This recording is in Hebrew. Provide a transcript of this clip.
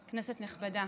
כנסת נכבדה,